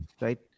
right